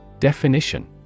Definition